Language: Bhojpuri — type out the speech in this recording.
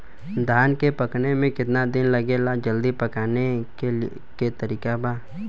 धान के पकने में केतना दिन लागेला जल्दी पकाने के तरीका बा?